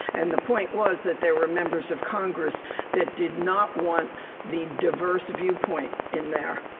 and the point was that there were members of congress that did not want the diverse viewpoint in there.